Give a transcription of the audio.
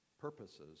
purposes